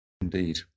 Indeed